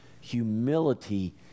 humility